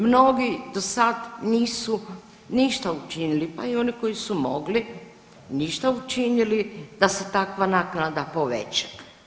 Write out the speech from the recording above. Mnogi do sad nisu ništa učinili, pa i oni koji su mogli, ništa učinili da se takva naknada poveća.